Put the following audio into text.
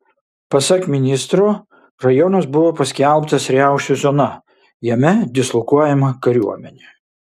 pasak ministro rajonas buvo paskelbtas riaušių zona jame dislokuojama kariuomenė